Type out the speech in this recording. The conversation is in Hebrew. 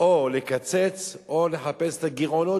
או לקצץ או לחפש את הגירעונות.